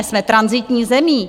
Jsme tranzitní zemí.